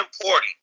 important